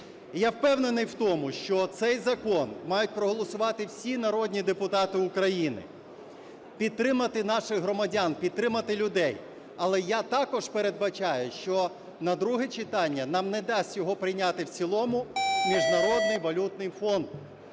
я впевнений в тому, що цей закон мають проголосувати всі народні депутати України. Підтримати наших громадян. Підтримати людей. Але я також передбачаю, що на друге читання нам не дасть його прийняти в цілому Міжнародний валютний фонд.